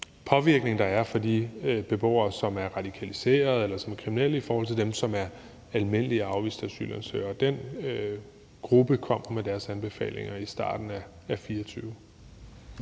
påvirkning, der er fra de beboere, som er radikaliserede eller kriminelle, i forhold til dem, som er almindelige afviste asylansøgere. Den gruppe kommer med deres anbefalinger i starten af 2024.